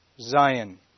Zion